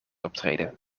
optreden